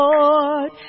Lord